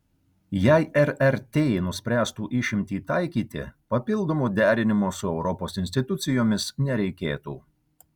jei rrt nuspręstų išimtį taikyti papildomo derinimo su europos institucijomis nereikėtų